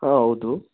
ಹಾಂ ಹೌದು